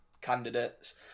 candidates